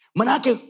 Manake